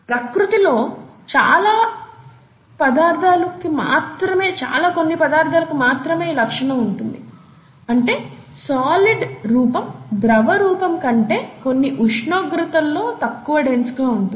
ప్రకృతిలో చాలా కొన్ని పదార్థాలకు మాత్రమే ఈ లక్షణం ఉంటుంది అంటే సాలిడ్ రూపం ద్రవ రూపం కంటే కొన్ని ఉష్ణోగ్రతల్లో తక్కువ డెన్స్ గా ఉంటుంది